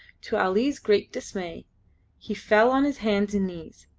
to ali's great dismay he fell on his hands and knees,